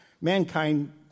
mankind